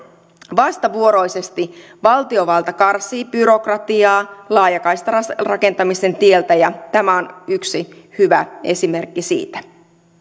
vastavuoroisesti valtiovalta karsii byrokratiaa laajakaistarakentamisen tieltä ja tämä on yksi hyvä esimerkki siitä